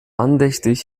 andächtig